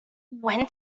when